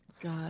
God